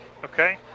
Okay